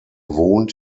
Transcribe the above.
wohnt